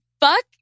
Fuck